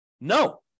No